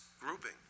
grouping